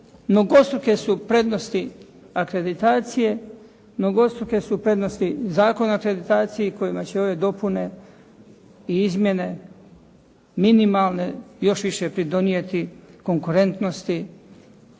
mnogostruke su prednosti akreditacije, mnogostruke su prednosti Zakona o akreditaciji kojima će ove dopune i izmjene minimalne još više pridonijeti konkurentnosti